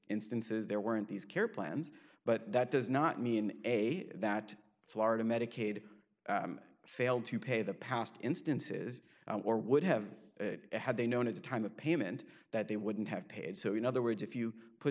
instances there weren't these care plans but that does not mean a that florida medicaid failed to pay the past instances or would have had they known at the time of payment that they wouldn't have paid so in other words if you put